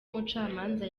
umucamanza